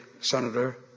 senator